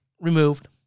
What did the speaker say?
removed